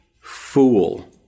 fool